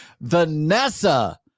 vanessa